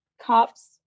cops